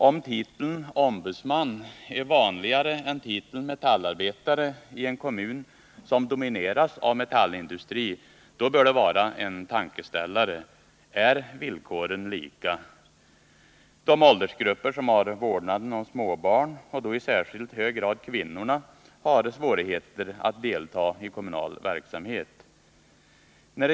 Om titeln ombudsman är vanligare än titeln metallarbetäre i en kommun som domineras av metallindustri, då bör det vara en tankeställare: Är villkoren lika? De åldersgrupper som har vårdnaden om småbarn, och då i särskilt hög grad kvinnorna, har svårigheter att delta i kommunal verksamhet.